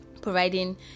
providing